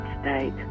state